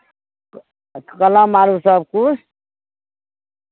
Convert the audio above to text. क कलम आरो सभकिछु